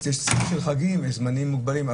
זה זמן של חגים ויש זמנים מוגבלים.